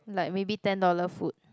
like maybe ten dollar food